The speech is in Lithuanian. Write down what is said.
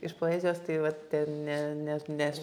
iš poezijos tai vat ten ne nes nes